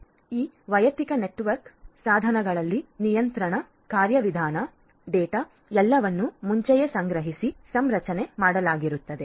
ಈ ವೈಯಕ್ತಿಕ ನೆಟ್ವರ್ಕ್ ಸಾಧನಗಳಲ್ಲಿ ನಿಯಂತ್ರಣ ಕಾರ್ಯವಿಧಾನ ಡೇಟಾ ಎಲ್ಲವನ್ನೂ ಮುಂಚೆಯೇ ಸಂಗ್ರಹಿಸಿ ಸಂರಚನೆ ಮಾಡಲಾಗಿರುತ್ತದೆ